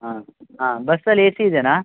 ಹಾಂ ಹಾಂ ಬಸ್ಸಲ್ಲಿ ಎ ಸಿ ಇದೇಯಾ